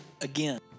Again